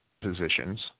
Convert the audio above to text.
positions